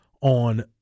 on